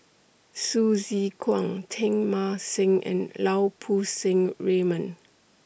Hsu Tse Kwang Teng Mah Seng and Lau Poo Seng Raymond